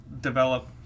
develop